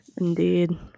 Indeed